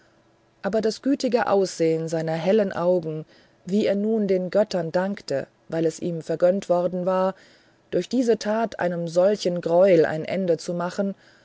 aber der gütige ausdruck seiner hellen augen wie er nun den göttern dankte weil es ihm vergönnt worden war durch diese tat einem solchen greuel ein ende zu machen